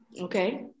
Okay